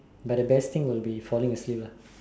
but the best thing would be falling asleep lah